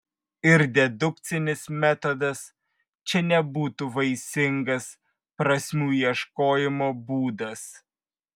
ir dedukcinis metodas čia nebūtų vaisingas prasmių ieškojimo būdas